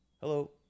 hello